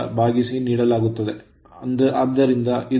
47 ampere